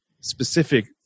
specific